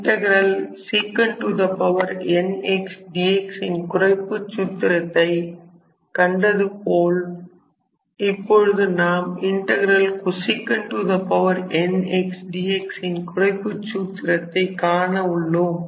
sec n x dx ன் குறைப்புச் சூத்திரத்தை கண்டது போல இப்பொழுது நாம் cosec n x dx ன் குறைப்புச் சூத்திரத்தை காண உள்ளோம்